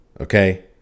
Okay